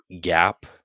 gap